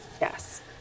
Yes